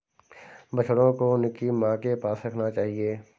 बछड़ों को उनकी मां के पास रखना चाहिए